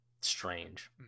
strange